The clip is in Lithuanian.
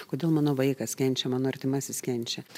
kodėl mano vaikas kenčia mano artimasis kenčia